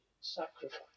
sacrifice